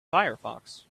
firefox